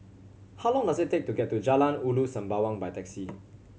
how long does it take to get to Jalan Ulu Sembawang by taxi